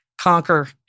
conquer